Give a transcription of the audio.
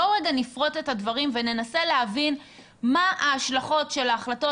בואו רגע נפרוט את הדברים וננסה להבין מה ההשלכות של ההחלטות